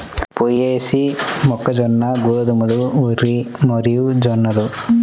పొయేసీ, మొక్కజొన్న, గోధుమలు, వరి మరియుజొన్నలు